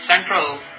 central